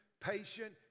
patient